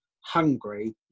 hungry